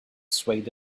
swayed